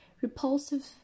repulsive